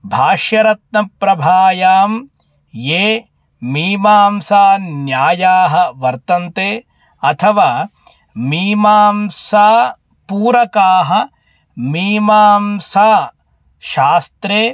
भाष्यरत्नप्रभायां ये मीमांसा न्यायाः वर्तन्ते अथवा मीमांसापूरकाः मीमांसाशास्त्रे